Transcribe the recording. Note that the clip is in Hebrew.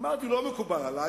אמרתי: לא מקובל עלי,